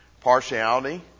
partiality